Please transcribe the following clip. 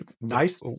nice